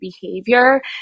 behavior